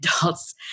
adults